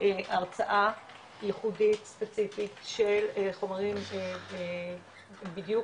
הרצאה ייחודית ספציפית של חומרים בדיוק